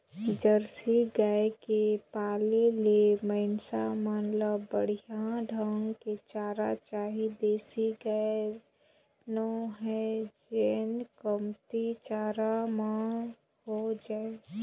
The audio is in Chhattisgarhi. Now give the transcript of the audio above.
जरसी गाय के पाले ले मइनसे मन ल बड़िहा ढंग के चारा चाही देसी गाय नो हय जेन कमती चारा म हो जाय